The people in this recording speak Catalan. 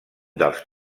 dels